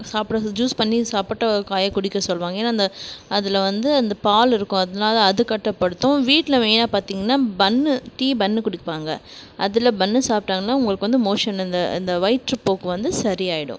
சாப்பிட ஜூஸ் பண்ணி சப்போட்டா காயை குடிக்க சொல்லுவாங்க ஏன்னால் அந்த அதில் வந்து அந்த பால் இருக்கும் அதனால அது கட்டுப்படுத்தும் வீட்டில் மெயினாக பார்த்திங்கன்னா பன்னு டீ பன்னு குடிப்பாங்க அதில் பன்னு சாப்பிட்டாங்கன்னா உங்களுக்கு வந்து மோஷன் இந்த இந்த வயிற்றுப்போக்கு வந்து சரியாகிடும்